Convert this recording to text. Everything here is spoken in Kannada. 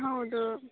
ಹೌದು